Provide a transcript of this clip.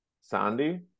Sandy